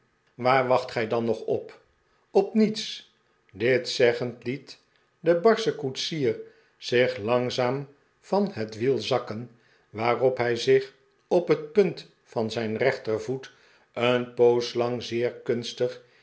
waar wacht gij dan nog op op niets dit zeggend liet de barsche koetsier zich langzaam van het wiel zakken wa arop hij zich op de punt van zijn rechtervoet een poos lang zeer kunstig